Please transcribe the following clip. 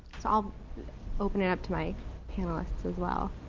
so i'll open it up to my panelists as well.